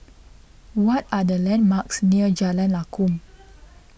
what are the landmarks near Jalan Lakum